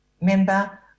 member